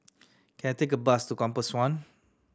can I take a bus to Compass One